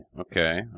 Okay